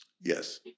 Yes